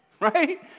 Right